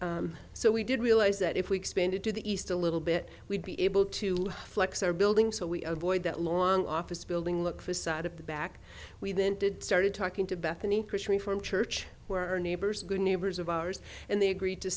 on so we did realize that if we expanded to the east a little bit we'd be able to flex our building so we avoid that long office building look facade of the back we then did started talking to bethany christian from church where our neighbors good neighbors of ours and they agreed to